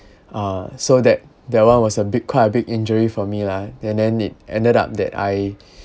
uh so that that one was a big quite a big injury for me lah and then it ended up that I